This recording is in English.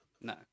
no